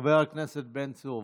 חבר הכנסת בן צור,